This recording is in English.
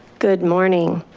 good morning.